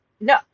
no